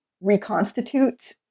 reconstitute